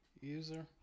user